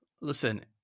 listen